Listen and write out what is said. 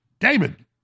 David